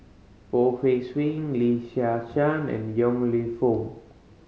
Poh Sween Lee Shyan and Yong Lew Foong